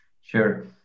Sure